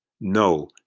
no